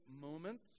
moment